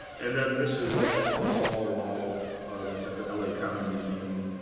and then this is one that's a smaller model that's at the la county museum.